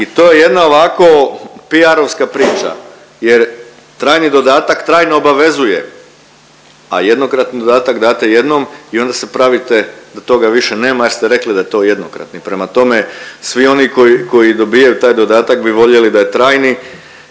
i to je jedna ovako PR-ovska priča, jer trajni dodatak trajno obavezuje, a jednokratni dodatak date jednom i onda se pravite da toga više nema jer ste rekli da je to jednokratni. Prema tome, svi oni koji dobijaju taj dodatak bi voljeli da je trajni,